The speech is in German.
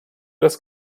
das